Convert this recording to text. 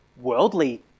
worldly